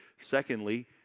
Secondly